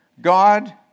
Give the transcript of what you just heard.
God